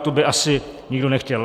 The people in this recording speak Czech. To by asi nikdo nechtěl.